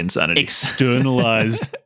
externalized